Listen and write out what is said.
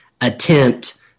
attempt